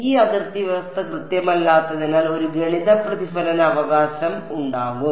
ഈ അതിർത്തി വ്യവസ്ഥ കൃത്യമല്ലാത്തതിനാൽ ഒരു ഗണിത പ്രതിഫലന അവകാശം ഉണ്ടാകും